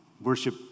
worship